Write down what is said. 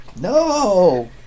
no